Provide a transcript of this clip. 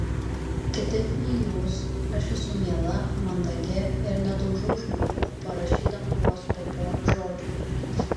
kitaip nei jūs aš esu miela mandagi ir nedaužau žmonių parašydama vos po porą žodžių